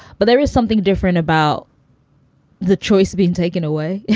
but there is something different about the choice being taken away. yeah